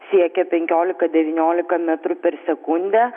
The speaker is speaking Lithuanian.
siekia penkiolika devyniolika metrų per sekundę